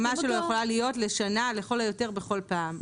ההחתמה שלו יכולה להיות לשנה לכל היותר בכל פעם.